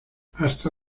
hasta